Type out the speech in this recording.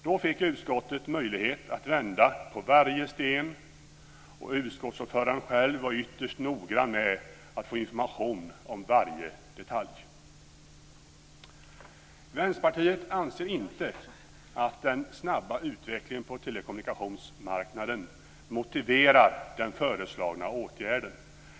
Då fick utskottet möjlighet att vända på varje sten. Utskottsordföranden själv var ytterst noga med att få information om varje detalj. Vänsterpartiet anser inte att den snabba utvecklingen på telekommunikationsmarknaden motiverar den föreslagna åtgärden.